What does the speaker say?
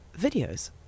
videos